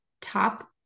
top